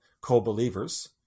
co-believers